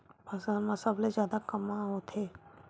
फसल मा सबले जादा कामा होथे?